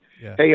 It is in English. Hey